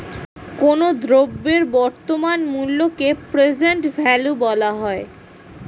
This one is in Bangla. কোনো দ্রব্যের বর্তমান মূল্যকে প্রেজেন্ট ভ্যালু বলা হয়